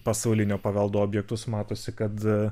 pasaulinio paveldo objektus matosi kad